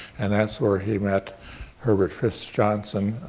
and that's where he met herbert fitz-johnson,